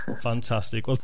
Fantastic